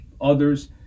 others